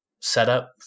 setup